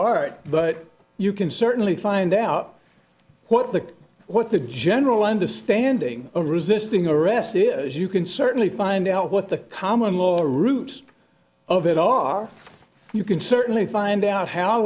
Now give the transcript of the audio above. art but you can certainly find out what the what the general understanding of resisting arrest is you can certainly find out what the common law roots of it all are you can certainly find out how